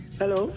hello